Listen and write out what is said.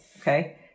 Okay